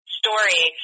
story